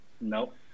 Nope